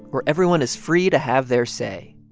where everyone is free to have their say,